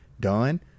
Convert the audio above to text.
done